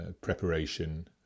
preparation